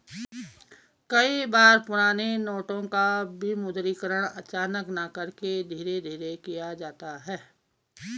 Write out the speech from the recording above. कई बार पुराने नोटों का विमुद्रीकरण अचानक न करके धीरे धीरे किया जाता है